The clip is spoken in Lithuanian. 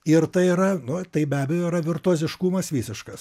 ir tai yra nu tai be abejo yra virtuoziškumas visiškas